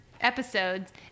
episodes